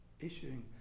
issuing